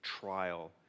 trial